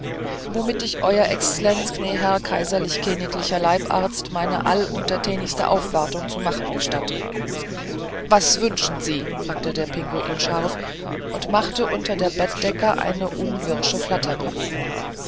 womit ich euer exlenz gnä herrn kaiserlich käniglichen leibharz meine alleruntertänigste aufwartung zu machen gestatte was wünschen sie fragte der pinguin scharf und machte unter der bettdecke eine unwirsche